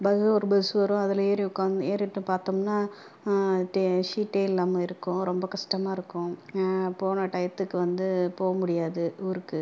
ஒரு பஸ் வரும் அதில் ஏறி உக்கார்ந்து ஏறிட்டு பார்த்தோம்னா ஷீட்டே இல்லாமல் இருக்கும் ரொம்ப கஷ்டமாயிருக்கும் போன டயத்துக்கு வந்து போக முடியாது ஊருக்கு